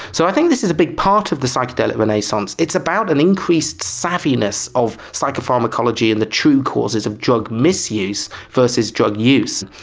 so i think this is a big part of the psychedelic renaissance, it's about an increased savviness of psychopharmacology and the true causes of drug misuse versus drug use.